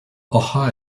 ohio